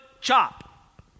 chop